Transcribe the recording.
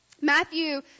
Matthew